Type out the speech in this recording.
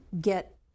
get